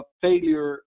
failure